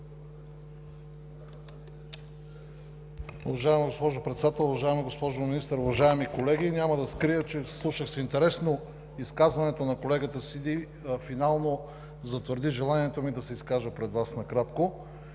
Уважаема госпожо Председател, уважаема госпожо Министър, уважаеми колеги! Няма да скрия, че слушах с интерес, но изказването на колегата Сиди финално затвърди желанието ми да се изкажа пред Вас накратко.